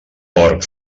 porc